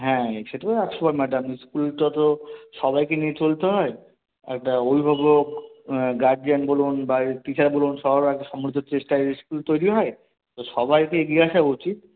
হ্যাঁ সে তো একশো বার ম্যাডাম স্কুল তো তো সবাইকে নিয়ে চলতে হয় একটা অভিভাবক গার্জিয়ান বলুন বা এই টিচার বলুন সবার এক সম্মিলিত চেষ্টায় স্কুল তৈরি হয় তো সবাইকে এগিয়ে আসা উচিত